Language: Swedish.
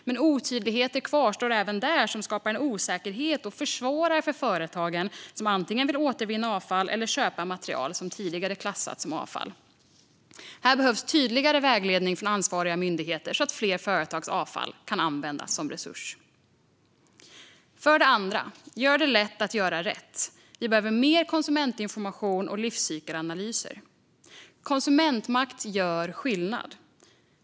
Men otydligheter kvarstår även där som skapar en osäkerhet och försvårar för de företag som antingen vill återvinna avfall eller köpa material som tidigare klassats som avfall. Här behövs tydligare vägledning från ansvariga myndigheter så att fler företags avfall kan användas som en resurs. För det andra: Gör det lätt att göra rätt. Vi behöver mer konsumentinformation och livscykelanalyser. Konsumentmakt gör skillnad.